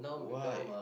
white